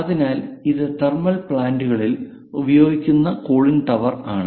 അതിനാൽ ഇത് തെർമൽ പ്ലാന്റുകളിൽ ഉപയോഗിക്കുന്ന കൂളിംഗ് ടവർ ആണ്